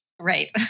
Right